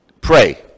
Pray